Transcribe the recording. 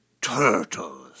turtles